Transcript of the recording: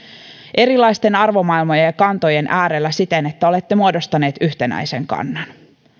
erilaisten arvomaailmojen ja kantojen äärellä siten että olette muodostaneet yhtenäisen kannan